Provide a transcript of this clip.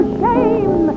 shame